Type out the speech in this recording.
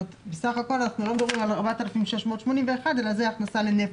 בסך הכול אנחנו לא מדברים על 4,681 אלא זו הכנסה לנפש.